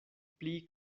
pli